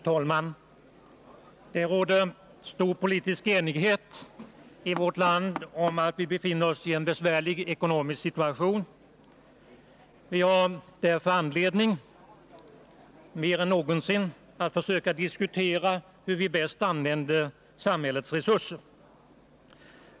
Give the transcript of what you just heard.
Fru talman! Det råder stor politisk enighet i vårt land om att vi befinner oss i en besvärlig ekonomisk situation. Vi har därför större anledning än någonsin att försöka diskutera hur vi bäst använder samhällets resurser.